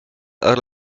out